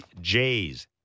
Jays